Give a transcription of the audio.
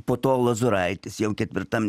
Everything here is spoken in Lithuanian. po to lozuraitis jau ketvirtam